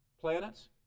Planets